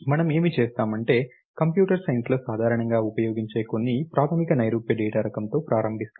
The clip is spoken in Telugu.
మనం ఏమి చేస్తాం అంటే కంప్యూటర్ సైన్స్లో సాధారణంగా ఉపయోగించే కొన్ని ప్రాథమిక నైరూప్య డేటా రకంతో ప్రారంభిస్తాము